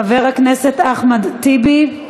חבר הכנסת אחמד טיבי,